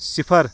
صِفر